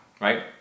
right